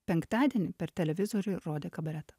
penktadienį per televizorių rodė kabaretą